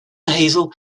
hazel